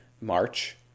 March